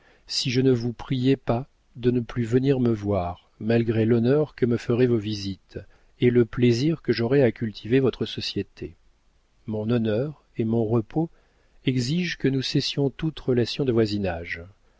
si je ne vous priais pas de ne plus venir me voir malgré l'honneur que me feraient vos visites et le plaisir que j'aurais à cultiver votre société mon honneur et mon repos exigent que nous cessions toute relation de voisinage